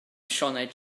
sioned